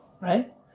right